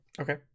Okay